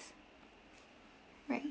alright